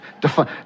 define